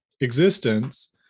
existence